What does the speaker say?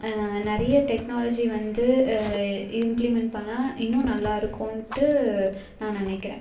நிறைய டெக்னாலஜி வந்து இம்ப்ளிமெண்ட் பண்ணால் இன்னும் நல்லா இருக்கும்ன்ட்டு நான் நினைக்கிறேன்